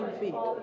feet